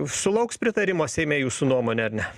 sulauks pritarimo seime jūsų nuomone ar ne